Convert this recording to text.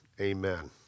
amen